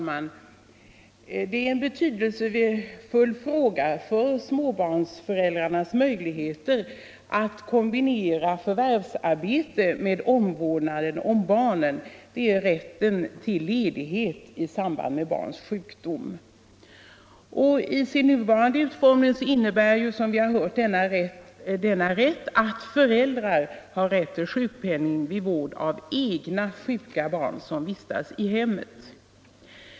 Herr talman! En betydelsefull fråga för småbarnsföräldrars möjligheter att kombinera förvärvsarbete med omvårdnaden om barn är rätten till ledighet i samband med barns sjukdom. I sin nuvarande utformning innebär, som vi har hört, denna rätt att föräldrar kan få sjukpenning vid vård av egna sjuka barn som vistas i hemmet.